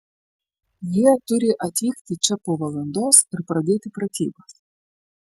jie turi atvykti čia po valandos ir pradėti pratybas